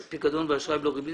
מוסדרים) (תיקון) (שירותי פיקדון ואשראי בלא ריבית),